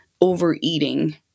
overeating